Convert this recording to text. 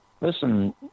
listen